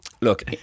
Look